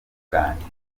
bwanjye